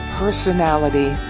personality